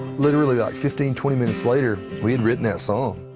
literally, ah fifteen, twenty minutes later, we had written that song.